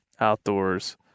outdoors